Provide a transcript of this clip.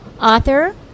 author